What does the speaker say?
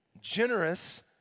Generous